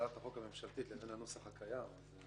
הצעת החוק הממשלתית לבין הנוסח הקיים.